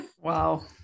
Wow